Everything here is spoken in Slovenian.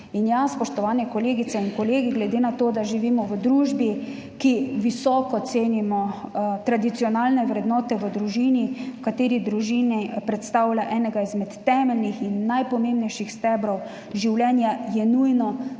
In ja, spoštovane kolegice in kolegi, glede na to, da živimo v družbi, kjer visoko cenimo tradicionalne vrednote v družini, v kateri družina predstavlja enega izmed temeljnih in najpomembnejših stebrov življenja, je nujno,